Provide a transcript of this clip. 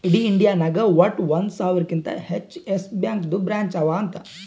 ಇಡೀ ಇಂಡಿಯಾ ನಾಗ್ ವಟ್ಟ ಒಂದ್ ಸಾವಿರಕಿಂತಾ ಹೆಚ್ಚ ಯೆಸ್ ಬ್ಯಾಂಕ್ದು ಬ್ರ್ಯಾಂಚ್ ಅವಾ ಅಂತ್